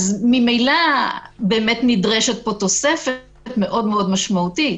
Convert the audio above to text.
ממילא נדרשת פה תוספת מאוד מאוד משמעותית.